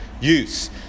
use